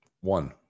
One